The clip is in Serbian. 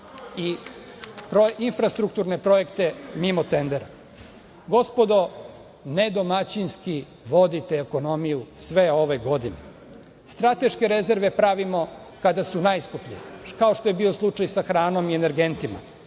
i infrastrukturne projekte mimo tendera. Gospodo, ne domaćinski vodite ekonomiju sve ove godine. Strateške rezerve pravimo kada su najskuplje, kao što je bio slučaj sa hranom i energentima.